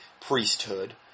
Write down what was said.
priesthood